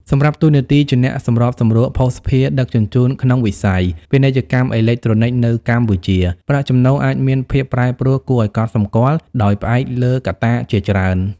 សម្រាប់តួនាទីជាអ្នកសម្របសម្រួលភស្តុភារដឹកជញ្ជូនក្នុងវិស័យ ពាណិជ្ជកម្មអេឡិចត្រូនិក នៅកម្ពុជា ប្រាក់ចំណូលអាចមានភាពប្រែប្រួលគួរឱ្យកត់សម្គាល់ ដោយផ្អែកលើកត្តាជាច្រើន។